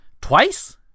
Twice